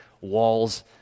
walls